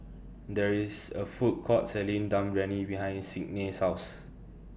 There IS A Food Court Selling Dum behind Signe's House